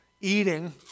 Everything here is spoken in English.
eating